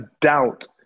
doubt